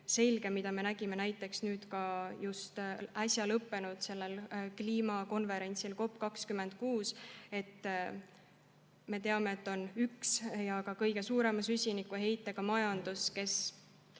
see, mida me nägime näiteks ka äsja lõppenud kliimakonverentsil COP26. Me teame, et on üks kõige suurema süsinikuheitega majandus, kes